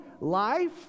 life